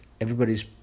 everybody's